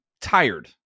tired